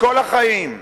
לכל החיים.